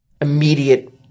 immediate